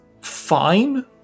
fine